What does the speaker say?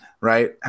right